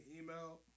email